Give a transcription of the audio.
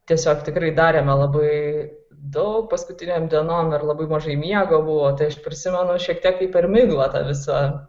tiesiog tikrai darėme labai daug paskutinėm dienom ir labai mažai miego buvo tai aš prisimenu šiek tiek per miglą tą visą